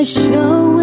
show